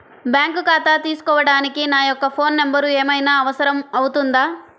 Bank ఖాతా తీసుకోవడానికి నా యొక్క ఫోన్ నెంబర్ ఏమైనా అవసరం అవుతుందా?